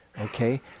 okay